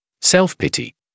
Self-pity